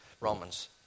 Romans